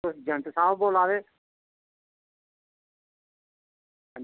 agent साहब बोल्ला दे